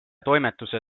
toimetuse